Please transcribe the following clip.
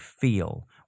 feel